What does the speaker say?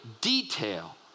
detail